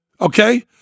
Okay